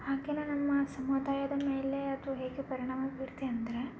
ಹಾಗೆಯೇ ನಮ್ಮ ಸಮುದಾಯದ ಮೇಲೆ ಅದು ಹೇಗೆ ಪರಿಣಾಮ ಬೀರುತ್ತೆ ಅಂದರೆ